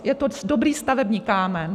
Je to dobrý stavební kámen.